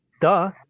duh